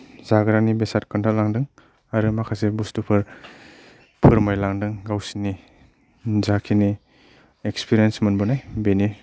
जाग्रानि बेसाद खोन्थालांदों आरो माखासे बुस्तुफोर फोरमायलांदों गावसोरनि जाखिनि एक्सपिरियेन्स मोनबोनाय बेनि